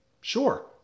Sure